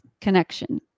connection